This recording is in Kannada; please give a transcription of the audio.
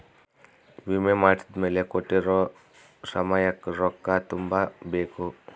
ವಿಮೆ ಮಾಡ್ಸಿದ್ಮೆಲೆ ಕೋಟ್ಟಿರೊ ಸಮಯಕ್ ರೊಕ್ಕ ತುಂಬ ಬೇಕ್